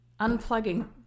unplugging